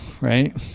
right